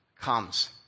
comes